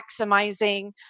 maximizing